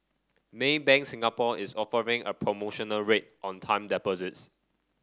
Maybank Singapore is offering a promotional rate on time deposits